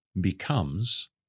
becomes